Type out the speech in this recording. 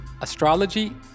Astrology